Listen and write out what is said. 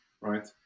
right